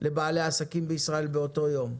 לבעלי עסקים בישראל באותו יום.